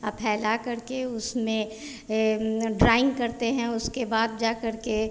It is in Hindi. और फैला करके उसमें ड्राइंग करते हैं उसके बाद जा करके